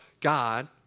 God